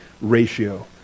ratio